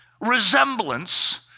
resemblance